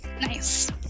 nice